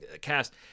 cast